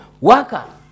worker